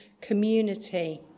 community